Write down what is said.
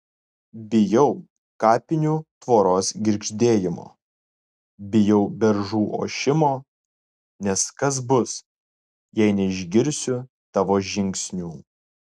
bijau kapinių tvoros girgždėjimo bijau beržų ošimo nes kas bus jei neišgirsiu tavo žingsnių